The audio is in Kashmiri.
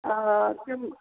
آ آ تِم